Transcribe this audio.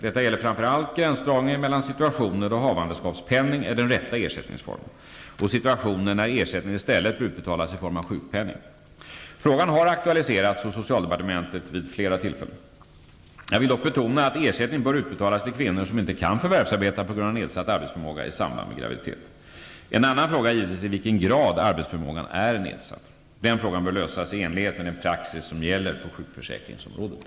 Detta gäller framför allt gränsdragningen mellan situationer då havandeskapspenning är den rätta ersättningsformen och situationer när ersättningen i stället bör utbetalas i form av sjukpenning. Frågan har aktualiserats hos socialdepartementet vid flera tillfällen. Jag vill dock betona att ersättning bör utbetalas till kvinnor som inte kan förvärvsarbeta på grund av nedsatt arbetsförmåga i samband med graviditet. En annan fråga är givetvis i vilken grad arbetsförmågan är nedsatt. Den frågan bör lösas i enlighet med den praxis som gäller på sjukförsäkringsområdet.